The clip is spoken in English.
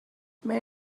may